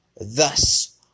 Thus